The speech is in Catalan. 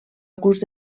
gust